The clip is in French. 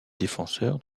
défenseur